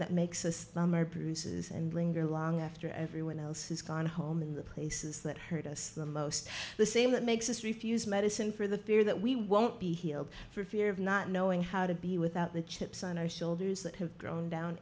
that makes us bruises and linger long after everyone else has gone home and the places that hurt us the most the same that makes us refuse medicine for the fear that we won't be healed for fear of not knowing how to be without the chips on our shoulders that have grown down